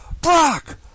Brock